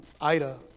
Ida